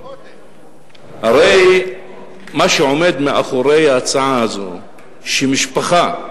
הרי מה שעומד מאחורי ההצעה הזאת הוא שמשפחה,